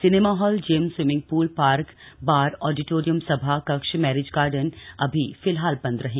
cinema hall gym swimming pool park bar auditorium सभा कक्ष marriage garden अभी बंद रहेंगे